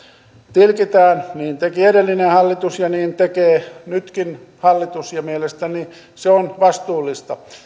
tilkitään niin teki edellinen hallitus ja niin tekee nytkin hallitus ja mielestäni se on vastuullista